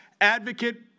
Advocate